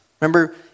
Remember